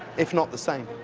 if not the same.